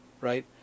right